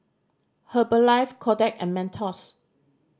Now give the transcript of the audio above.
Herbalife Kodak and Mentos